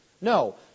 No